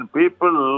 people